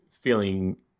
feeling